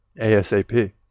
ASAP